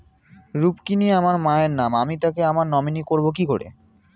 রুক্মিনী আমার মায়ের নাম আমি তাকে আমার নমিনি করবো কি করে?